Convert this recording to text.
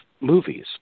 movies